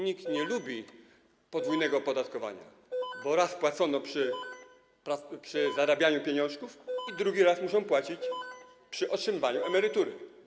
Nikt nie lubi podwójnego opodatkowania, bo raz płacili przy zarabianiu pieniążków, a drugi raz muszą płacić przy otrzymywaniu emerytury.